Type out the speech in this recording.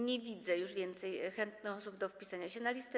Nie widzę już więcej chętnych osób do wpisania się na listę.